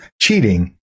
cheating